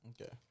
okay